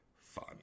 Fun